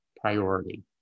priority